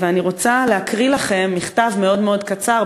אני רוצה להקריא לכם מכתב מאוד מאוד קצר,